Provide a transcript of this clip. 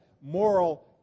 moral